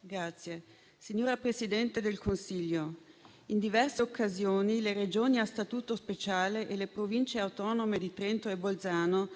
Cb))*. Signora Presidente del Consiglio, in diverse occasioni le Regioni a Statuto speciale e le Province autonome di Trento e Bolzano